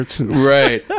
Right